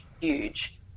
huge